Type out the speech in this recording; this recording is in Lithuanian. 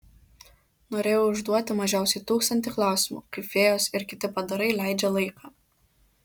norėjau užduoti mažiausiai tūkstantį klausimų kaip fėjos ir kiti padarai leidžia laiką